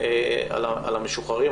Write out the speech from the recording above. על המשוחררים,